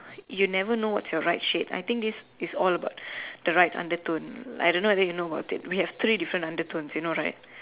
you never know what's your right shade I think this is all about the right undertone I don't know whether you know about it we have three different undertone you know right